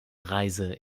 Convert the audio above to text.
reise